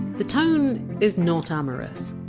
the tone is not amorous.